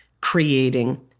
creating